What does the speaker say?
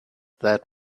that